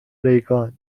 ریگان